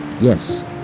Yes